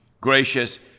gracious